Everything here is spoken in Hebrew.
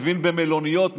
מבין במלוניות,